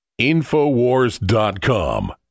InfoWars.com